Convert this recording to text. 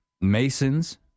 Masons